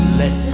let